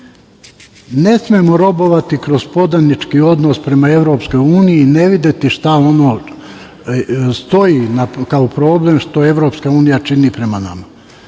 smemo robovati kroz podanički odnos prema Evropskoj Uniji ne videti šta stoji kao problem, šta Evropska Unija čini prema nama.